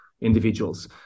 individuals